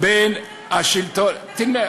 שומט את השטיח מתחת לרגליים,